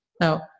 Now